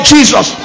Jesus